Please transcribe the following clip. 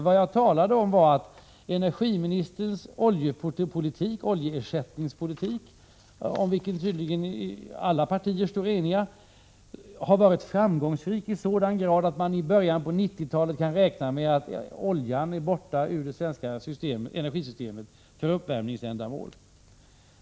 Vad jag talade om var att energiministerns oljeersättningspolitik, om vilken tydligen alla partier står eniga, har varit framgångsrik i sådan grad att man i början på 1990-talet kan räkna med att oljan är borta ur det svenska energisystemet för uppvärmningsändamål.